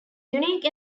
unique